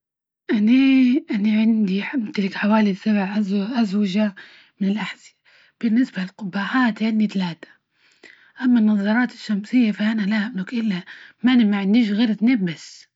أني- أنى عندي أمتلك حوالي سبع أزوجه من الأحذية، بالنسبة للقبعات عندى تلاتة، أما النظرات الشمسية فأنا لا املك إلا ماني ما عنديش غير اثنين بس.